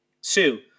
Sue